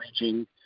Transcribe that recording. reaching